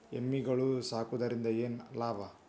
ಎಮ್ಮಿಗಳು ಸಾಕುವುದರಿಂದ ಏನು ಲಾಭ?